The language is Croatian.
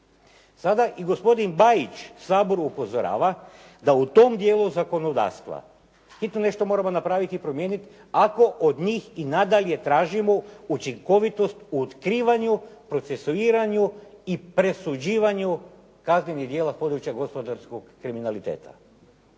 Sada i gospodin Bajić Sabor upozorava da u tom dijelu gospodarstva hitno nešto moramo napraviti i promijeniti ako od njih i nadalje tražimo učinkovitost u otkrivanju, procesuiranju i presuđivanju kaznenih djela s područja gospodarskog kriminaliteta.